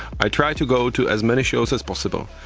i try to go to as many shows as possible,